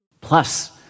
Plus